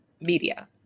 media